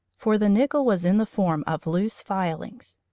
for the nickel was in the form of loose filings.